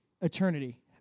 eternity